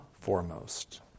foremost